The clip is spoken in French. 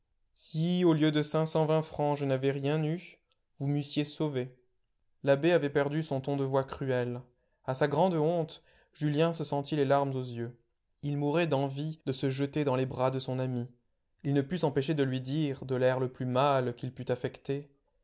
si au lieu de cinq cent vingt francs je n'avais rien eu vous m'eussiez sauvé l'abbé avait perdu son ton de voix cruel a sa grande honte julien se sentit les larmes aux yeux il mourait d'envie de se jeter dans les bras de son ami il ne put s'empêcher de lui dire de l'air le plus mâle qu'il put affecter